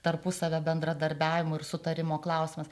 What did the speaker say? tarpusavio bendradarbiavimo ir sutarimo klausimas